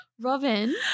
Robin